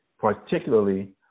Particularly